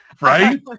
Right